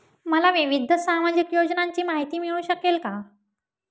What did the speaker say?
मला विविध सामाजिक योजनांची माहिती मिळू शकेल का?